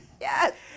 Yes